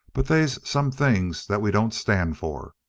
but they's some things that we don't stand for,